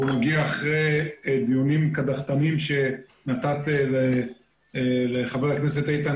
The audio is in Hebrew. הוא מגיע אחרי דיונים קדחתניים שנתת לחבר הכנסת איתן